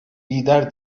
lider